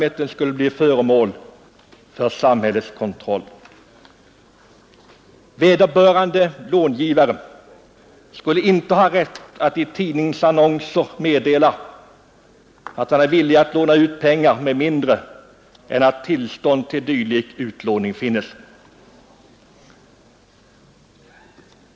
Vederbörande långivare skulle inte ha rätt att i tidningsannonser meddela att han är villig att låna ut pengar med mindre än att tillstånd till dylik utlåning finnes.